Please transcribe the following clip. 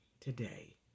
today